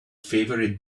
favorite